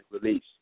release